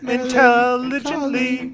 intelligently